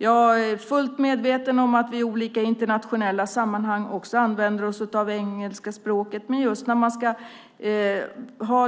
Jag är fullt medveten om att vi i olika internationella sammanhang också använder oss av engelska språket, men just i